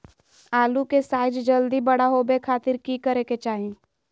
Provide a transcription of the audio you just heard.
आलू के साइज जल्दी बड़ा होबे खातिर की करे के चाही?